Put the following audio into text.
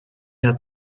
had